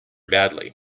badly